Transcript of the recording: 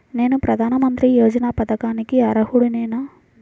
నేను ప్రధాని మంత్రి యోజన పథకానికి అర్హుడ నేన?